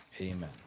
Amen